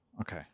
Okay